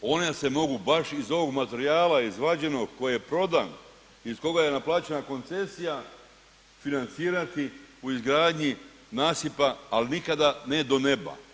One se mogu baš iz ovog materijala izvađenog, koji je prodan i iz kojega je naplaćena koncesija financirati u izgradnji nasipa ali nikada ne do neba.